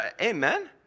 Amen